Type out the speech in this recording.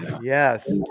Yes